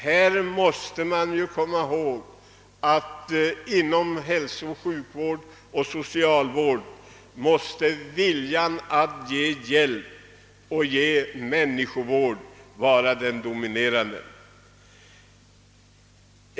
Här måste man komma ihåg att inom hälso-, sjukoch socialvård måste viljan att ge hjälp och människovård vara den dominerande.